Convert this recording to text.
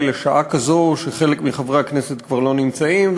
לשעה כזו שחלק מחברי הכנסת כבר לא נמצאים,